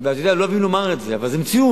אתה יודע, לא נעים לי לומר את זה, אבל זו מציאות.